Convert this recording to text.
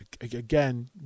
Again